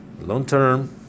long-term